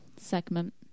segment